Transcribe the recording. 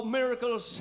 miracles